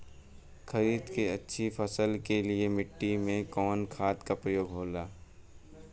खरीद के अच्छी फसल के लिए मिट्टी में कवन खाद के प्रयोग होखेला?